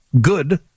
Good